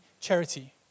charity